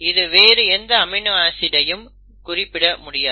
இது வேறு எந்த அமினோ ஆசிடையும் குறிப்பிட முடியாது